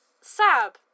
Sab